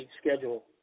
schedule